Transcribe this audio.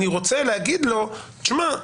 אני רוצה להגיד לו תשמע,